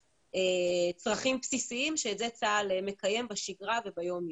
צרכים בסיסיים שאותם צה"ל מספק בשגרה ויום-יום.